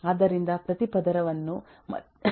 ಆದ್ದರಿಂದ ಪ್ರತಿಪದರವನ್ನು ಮತ್ತೆ ಇನ್ನೊಂದರ ಮೇಲೆ ನಿರ್ಮಿಸಲಾಗಿದೆ